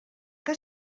que